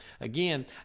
again